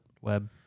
web